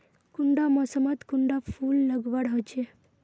कुंडा मोसमोत कुंडा फुल लगवार होछै?